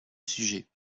sujet